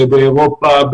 באירופה,